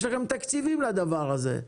יש לכם תקציבים לדבר הזה.